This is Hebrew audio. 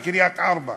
בקריית-ארבע,